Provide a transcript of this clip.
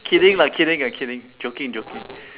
kidding lah kidding I kidding joking joking